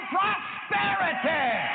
prosperity